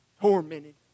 Tormented